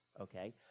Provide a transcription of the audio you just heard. okay